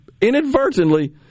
inadvertently